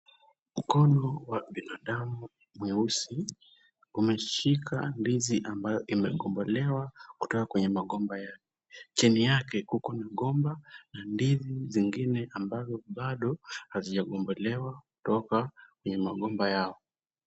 Mkono wa binadamu mweusi, umeshika ndizi ambayo imegombolewa kutoka kwenye magomba yao. Chini yake kuko na gomba na ndizi zingine ambazo bado hazijagombolewa kutoka kwenye magomba lao.